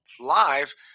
live